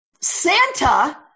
Santa